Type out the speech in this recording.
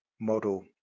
model